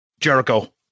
Jericho